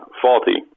faulty